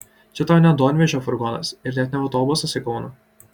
čia tau ne duonvežio furgonas ir net ne autobusas į kauną